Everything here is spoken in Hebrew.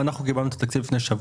קיבלנו את התקציב לפני שבוע.